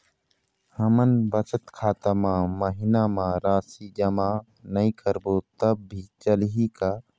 हमन बचत खाता मा महीना मा राशि जमा नई करबो तब भी चलही का?